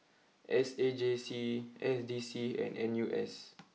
S A J C S D C and N U S